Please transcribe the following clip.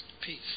peace